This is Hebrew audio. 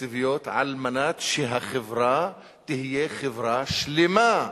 התקציביות על מנת שהחברה תהיה חברה שלמה.